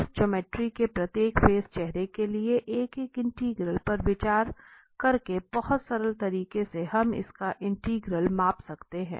इस ज्यामिति के प्रत्येक फेस चेहरे के लिए एक एक इंटीग्रल पर विचार करके बहुत सरल तरीके से हम इसका इंटीग्रल माप सकते है